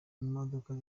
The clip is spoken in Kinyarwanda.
modoka